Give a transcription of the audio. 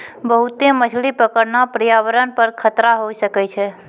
बहुते मछली पकड़ना प्रयावरण पर खतरा होय सकै छै